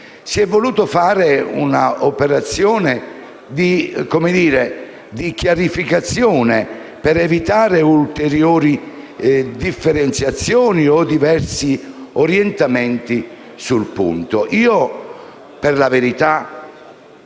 Si è voluta fare un'operazione di chiarificazione per evitare ulteriori differenziazioni o diversi orientamenti sul punto.